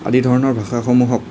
আদি ধৰণৰ ভাষাসমূহক